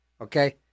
Okay